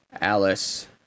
Alice